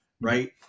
right